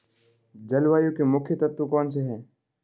जलवायु के मुख्य तत्व कौनसे हैं?